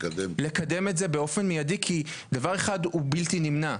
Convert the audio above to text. לקדם את זה באופן מיידי כי דבר אחד הוא בלתי נמנע,